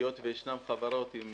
היות שיש חברות עם